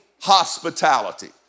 hospitality